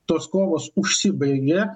tos kovos užsibaigė